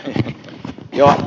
olkaa hyvä